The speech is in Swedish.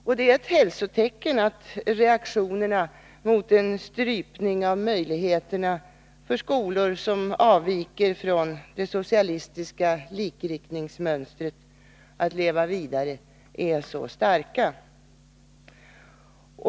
Det är ett hälsotecken att reaktionerna mot en strypning av överlevnadsmöjligheterna för skolor som avviker från det socialistiska likriktningsmönstret är så starka.